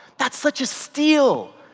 that's such a steal,